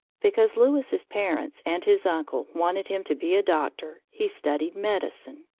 because louis's parents and his uncle wanted him to be a doctor, he studied medicine.